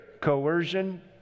coercion